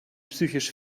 psychisch